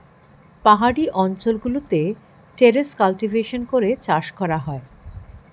পাহাড়ি অঞ্চল গুলোতে টেরেস কাল্টিভেশন করে চাষ করা হয়